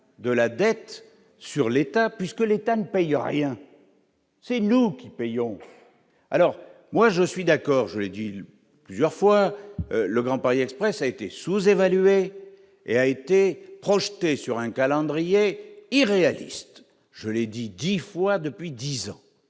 de la dette sur l'État puisque l'État ne paye rien, c'est nous qui payons, alors moi je suis d'accord, je l'ai dit plusieurs fois, le Grand Paris Express a été sous-évalué et a été projetée sur un calendrier irréaliste, je l'ai dit 10 fois depuis 10 ans,